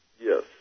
Yes